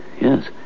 Yes